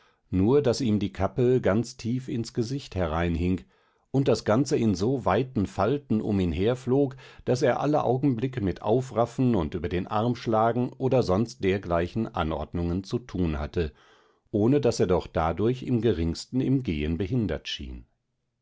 nur daß ihm die kappe ganz tief ins gesicht hereinhing und das ganze in so weiten falten um ihn herflog daß er alle augenblicke mit aufraffen und über den arm schlagen oder sonst dergleichen anordnungen zu tun hatte ohne daß er doch dadurch im geringsten im gehen behindert schien